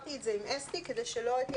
ביררתי את זה עם אסתי כדי שלא תהיה